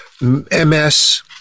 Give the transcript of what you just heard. MS